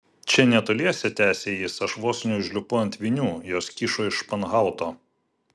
čia netoliese tęsė jis aš vos neužlipau ant vinių jos kyšo iš španhauto